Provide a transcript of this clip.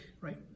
right